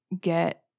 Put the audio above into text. get